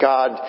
God